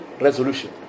resolution